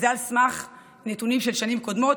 זה על סמך הנתונים של שנים קודמות,